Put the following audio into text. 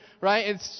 right